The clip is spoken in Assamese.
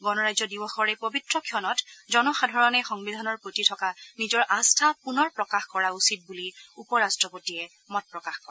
গণৰাজ্য দিৱসৰ এই পবিত্ৰ ক্ষণত জনসাধাৰণে সংবিধানৰ প্ৰতি থকা নিজৰ আস্থা পুনৰ প্ৰকাশ কৰা উচিত বুলি উপ ৰাষ্ট্ৰপতিয়ে মত প্ৰকাশ কৰে